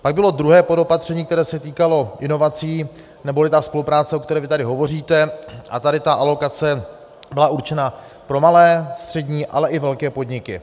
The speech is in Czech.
Pak bylo druhé podopatření, které se týkalo inovací, neboli ta spolupráce, o které vy tady hovoříte, a tady ta alokace byla určena pro malé, střední, ale i velké podniky.